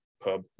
pub